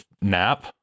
nap